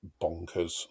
bonkers